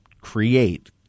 create